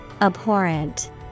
Abhorrent